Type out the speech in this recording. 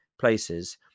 places